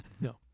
No